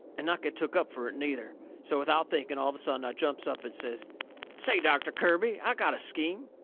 and not get took up fur it, neither. so, without thinking, all of a sudden i jumps up and says say, doctor kirby, i got a scheme!